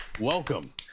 Welcome